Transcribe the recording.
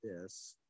Yes